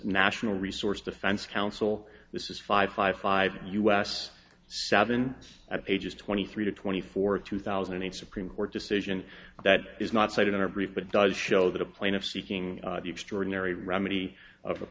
national resource defense council this is five five five us seven pages twenty three to twenty four two thousand and eight supreme court decision that is not cited in our brief but it does show that a plaintiff seeking the extraordinary remedy of a